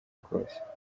kose